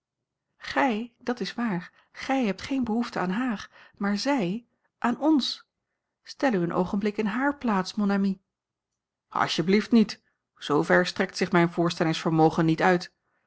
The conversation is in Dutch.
gij dat is waar gij hebt geen behoefte aan haar maar zij aan ons stel u een oogenblik in hare plaats mon ami als je blieft niet zoover strekt zich mijn voorstellingsvermogen niet uit